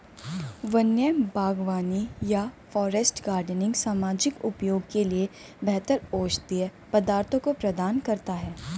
वन्य बागवानी या फॉरेस्ट गार्डनिंग सामाजिक उपयोग के लिए बेहतर औषधीय पदार्थों को प्रदान करता है